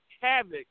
havoc